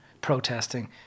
protesting